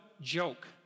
joke